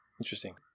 Interesting